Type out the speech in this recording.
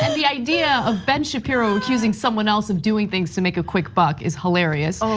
and the idea of ben shapiro accusing someone else of doing things to make a quick buck is hilarious.